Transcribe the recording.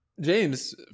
James